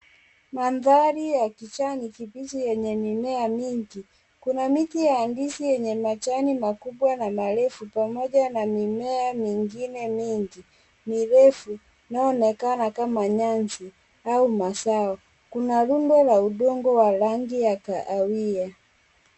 Mandhari ya kijani kibichi yenye mimea mingi. Kuna miti halisi yenye majani makubwa na marefu pamoja na mimea mingine ming, mirefu inayoonekana kama nyasi au mazao. Kuna rundo la udongo wa rangi ya kahawia.